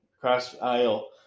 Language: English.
cross-aisle